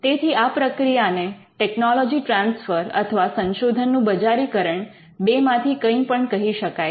તેથી આ પ્રક્રિયાને ટેકનોલોજી ટ્રાન્સફર અથવા સંશોધનનું બજારીકરણ બેમાંથી કંઈ પણ કહી શકાય છે